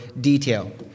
detail